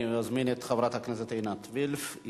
אני מזמין את חברת הכנסת עינת וילף,